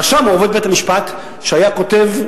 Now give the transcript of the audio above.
הרשם עובד בית-המשפט, שהיה כותב: